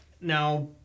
Now